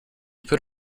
put